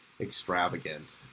extravagant